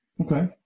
Okay